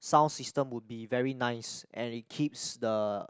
sound system would be very nice and it keeps the